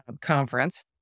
conference